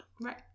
Right